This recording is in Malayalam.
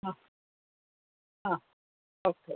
ആ ആ ഓക്കെ